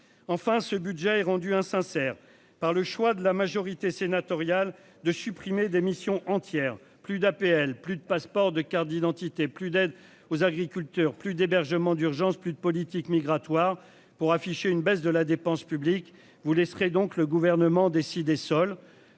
enfin ce budget est rendu insincère par le choix de la majorité sénatoriale de supprimer des missions entière plus d'APL plus de passeport de carte d'identité plus d'aides aux agriculteurs plus d'hébergement d'urgence plus de politique migratoire pour afficher une baisse de la dépense publique. Vous laisserez donc le gouvernement décide. Pour